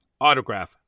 autograph